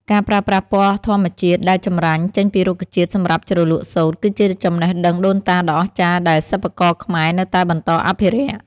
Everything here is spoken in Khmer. ការប្រើប្រាស់ពណ៌ធម្មជាតិដែលចម្រាញ់ចេញពីរុក្ខជាតិសម្រាប់ជ្រលក់សូត្រ គឺជាចំណេះដឹងដូនតាដ៏អស្ចារ្យដែលសិប្បករខ្មែរនៅតែបន្តអភិរក្ស។